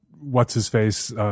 What's-His-Face